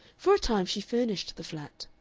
for a time she furnished the flat.